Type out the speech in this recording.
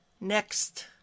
Next